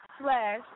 slash